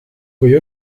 kui